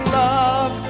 love